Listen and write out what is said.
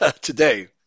today